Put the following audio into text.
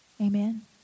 Amen